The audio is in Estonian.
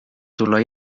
tulla